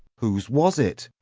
whose was it?